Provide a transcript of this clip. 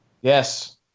Yes